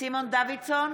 סימון דוידסון,